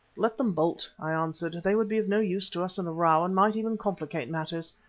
let them bolt, i answered. they would be of no use to us in a row and might even complicate matters.